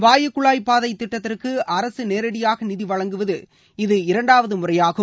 வாயு குழாய் பாதை திட்டத்திற்கு அரசு நேரடியாக நிதி வழங்குவது இது இரண்டாவது முறையாகும்